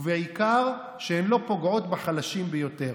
ובעיקר כשהן לא פוגעות בחלשים ביותר.